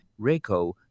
Reiko